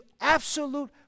absolute